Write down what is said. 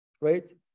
right